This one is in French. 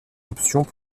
options